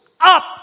up